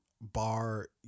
bar